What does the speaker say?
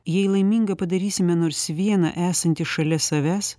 jei laimingą padarysime nors vieną esantį šalia savęs